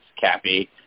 Cappy